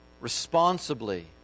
responsibly